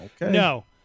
No